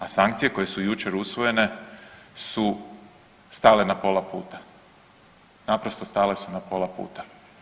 A sankcije koje su jučer usvojene su stale na pola puta, naprosto stale su na pola puta.